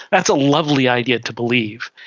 that's a lovely idea to believe.